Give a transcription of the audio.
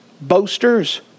boasters